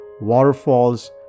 waterfalls